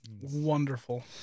Wonderful